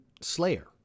Slayer